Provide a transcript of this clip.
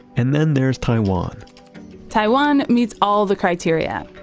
and then there's taiwan taiwan meets all the criteria.